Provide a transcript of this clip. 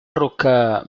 roca